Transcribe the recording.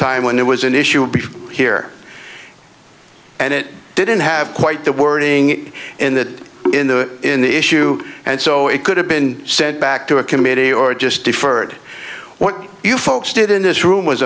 time when it was an issue here and it didn't have quite the wording in that in the in the issue and so it could have been said back to a committee or just deferred what you folks did in this room was